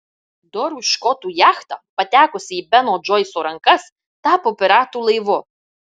dorų škotų jachta patekusi į beno džoiso rankas tapo piratų laivu